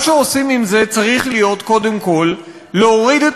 מה שעושים עם זה צריך להיות קודם כול להוריד את